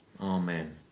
Amen